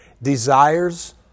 Desires